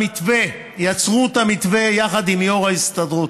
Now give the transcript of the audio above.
למתווה, יצרו את המתווה יחד עם יו"ר ההסתדרות.